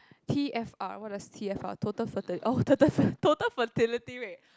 t_f_r what does t_f_r total ferti~ oh total fer~ totally fertility rate